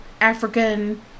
African